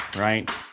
right